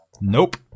Nope